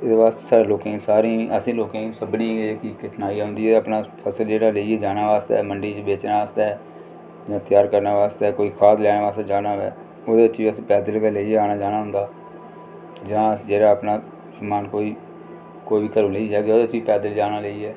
ते ओह् असें सारे लोकें गी सभनीं गी ओह् जेह्ड़ा फसल लेइयै जाना मंडी च बेचने आस्तै जां त्यार करने आस्तै जां कोई खाद लैने गी जाने आस्तै ते ओह्दे बिच बी असें पैदल आनियै लेई जाना आना होंदा जां जेह्ड़ा अस अपना मन कोई एह् नेईं जगह पैदल जाना लेइयै